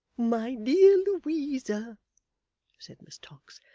my dear louisa said miss tox,